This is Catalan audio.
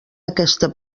aquesta